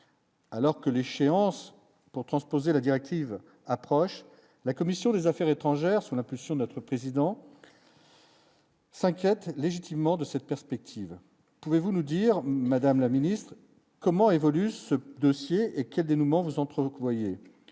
alors que l'échéance pour transposer la directive approche. La commission des Affaires étrangères, sous l'impulsion de notre président. S'inquiètent légitimement de cette perspective, pouvez-vous nous dire, Madame la Ministre, comment évolue ce dossier et quel dénouement vous entre